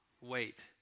Wait